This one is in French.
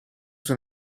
son